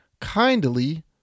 kindly